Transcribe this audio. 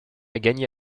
gagner